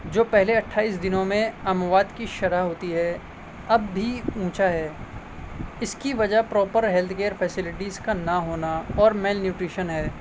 جو پہلے اٹھائیس دنوں میں اموات کی شرح ہوتی ہے اب بھی اونچا ہے اس کی وجہ پراپر ہیلتھ کیئر فیسلٹیز کا نہ ہونا اور میل نیوٹریشن ہے